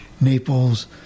Naples